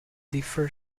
differ